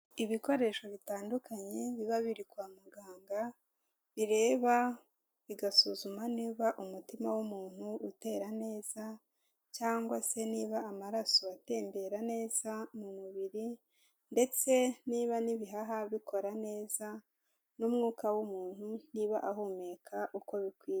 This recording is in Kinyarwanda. Ibikoresho bitandukanye biba biri kwa muganga, bireba bigasuzuma niba umutima w'umuntu utera neza cyangwa se niba amaraso atembera neza mu mubiri, ndetse niba n'ibihaha bikora neza n'umwuka w'umuntu niba ahumeka uko bikwiye.